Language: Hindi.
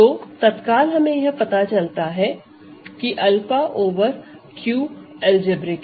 तो तत्काल हमें यह पता चलता है कि 𝛂 ओवर Q अलजेब्रिक है